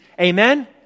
Amen